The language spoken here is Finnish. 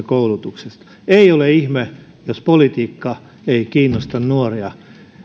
koulutuksesta ei ole ihme jos politiikka ei kiinnosta nuoria